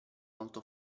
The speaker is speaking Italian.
molto